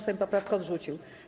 Sejm poprawkę odrzucił.